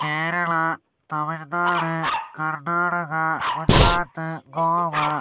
Kerala Tamil Nadu Karnataka Gujarat Goa